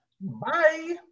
Bye